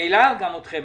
ממילא גם את בנק ישראל.